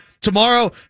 Tomorrow